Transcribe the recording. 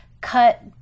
cut